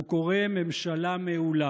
הוא קורא "ממשלה מעולה".